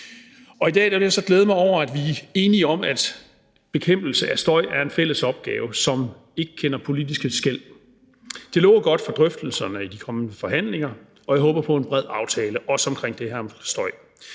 I dag vil jeg så glæde mig over, at vi er enige om, at bekæmpelse af støj er en fælles opgave, som ikke kender politiske skel. Det lover godt for drøftelserne i de kommende forhandlinger, og jeg håber på en bred aftale, også omkring det her med støj.